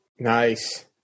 Nice